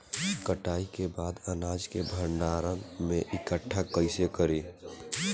कटाई के बाद अनाज के भंडारण में इकठ्ठा कइसे करी?